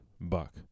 buck